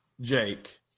Jake